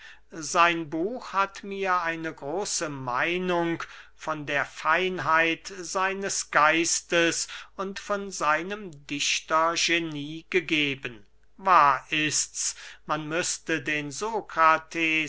sein buch hat mir eine große meinung von der feinheit seines geistes und von seinem dichtergenie gegeben wahr ists man müßte den